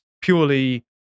purely